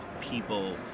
people